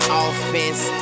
offense